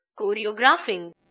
choreographing